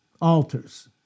altars